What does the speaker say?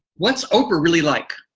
what's oprah really like?